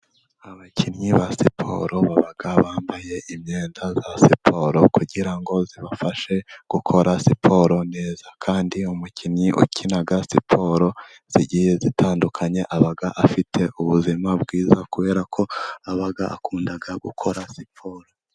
Abakinnyi ba siporo baba bambaye imyenda ya siporo kugira ngo ibafashe gukora siporo neza, kandi umukinnyi ukina siporo zigiye zitandukanye aba afite ubuzima bwiza, kubera ko aba akunda gukora siporo.